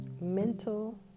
mental